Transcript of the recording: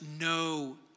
no